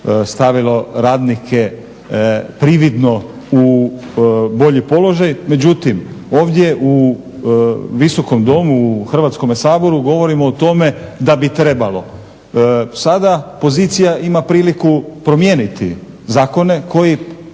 stavilo radnike prividno u bolji položaj, međutim ovdje u Visokom domu u Hrvatskom saboru govorimo o tome da bi trebalo. Sada pozicija ima priliku promijeniti zakone koji